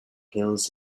kills